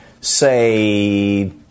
say